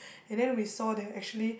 and then we saw there are actually